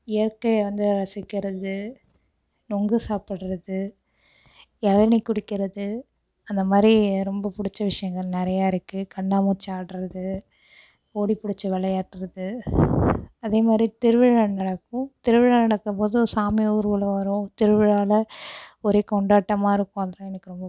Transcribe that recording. இயற்கையை வந்து ரசிக்கிறது நுங்கு சாப்பிடுறது இளநி குடிக்கிறது அந்த மாதிரி ரொம்ப பிடிச்ச விஷயங்கள் நிறையா இருக்குது கண்ணாமூச்சி ஆடுவது ஓடி பிடிச்சி விளையாடுவது அதே மாதிரி திருவிழா நடக்கும் திருவிழா நடக்கும் போது சாமி ஊர்வலம் வரும் திருவிழாவில் ஒரே கொண்டாட்டமாக இருக்கும் அதெல்லாம் எனக்கு ரொம்ப பிடிக்கும்